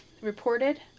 Reported